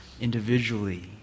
individually